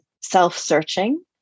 self-searching